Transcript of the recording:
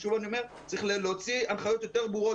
אני אומר שצריך להוציא הנחיות יותר ברורות